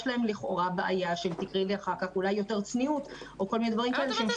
יש להן לכאורה בעיה של צניעות או כל מיני דברים כאלה שהן